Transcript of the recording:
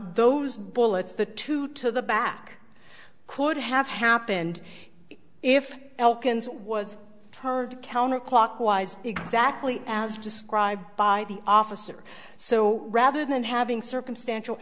those bullets the two to the back could have happened if elkins was turgid counterclockwise exactly as described by the officer so rather than having circumstantial